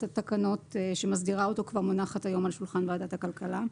התקנות שמסדירה אותו כבר מונחת היום על שולחן ועדת הכלכלה.